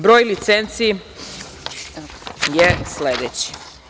Broj licenci je sledeći.